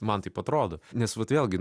man taip atrodo nes vat vėlgi